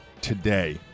today